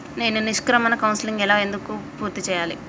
నేను నిష్క్రమణ కౌన్సెలింగ్ ఎలా ఎందుకు పూర్తి చేయాలి?